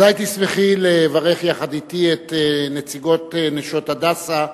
בוודאי תשמחי לברך יחד אתי את נציגות "נשות הדסה",